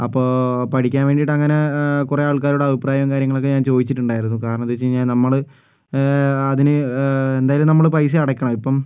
അപ്പോൾ പഠിക്കാൻ വേണ്ടീട്ടങ്ങനെ കുറെ ആൾക്കാരോട് അഭിപ്രായവും കാര്യങ്ങളൊക്കെ ഞാൻ ചോദിച്ചിട്ടുണ്ടായിരുന്നു കാരണം എന്താന്ന് വച്ച് കഴിഞ്ഞാൽ നമ്മള് അതിന് എന്തായാലും നമ്മള് പൈസ അടക്കണം ഇപ്പം